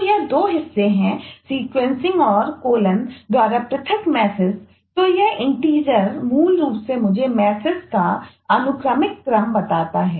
तो यह दो हिस्से हैं सीक्वेंसिंग का अनुक्रमिक क्रम बताता है